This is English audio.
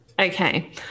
Okay